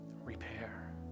Repair